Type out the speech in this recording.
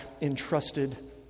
entrusted